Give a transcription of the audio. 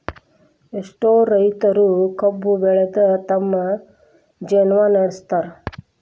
ಎಷ್ಟೋ ರೈತರು ಕಬ್ಬು ಬೆಳದ ತಮ್ಮ ಜೇವ್ನಾ ನಡ್ಸತಾರ